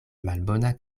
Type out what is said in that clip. malbona